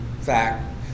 fact